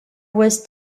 was